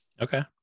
okay